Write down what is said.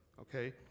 okay